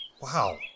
Wow